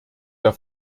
der